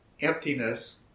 emptiness